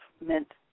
meant